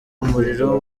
umuriro